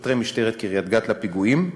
שוטרי משטרת קריית-גת לפיגועים,